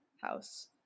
house